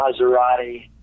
Maserati